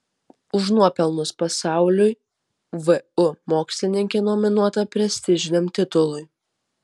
už nuopelnus pasauliui vu mokslininkė nominuota prestižiniam titului